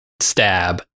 stab